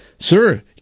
Sir